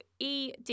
ED